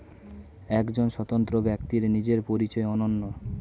একজন স্বতন্ত্র ব্যক্তির নিজের পরিচয় অনন্য